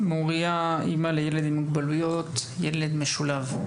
מוריה, אימא לילד עם מוגבלויות, ילד משולב.